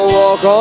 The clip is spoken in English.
walk